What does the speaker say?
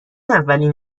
اولین